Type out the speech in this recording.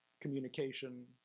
communication